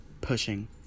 pushing